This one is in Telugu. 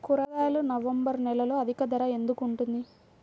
కూరగాయలు నవంబర్ నెలలో అధిక ధర ఎందుకు ఉంటుంది?